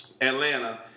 Atlanta